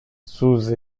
sous